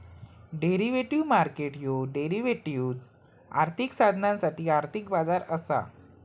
derivative market ह्यो derivatives, आर्थिक साधनांसाठी आर्थिक बाजार असा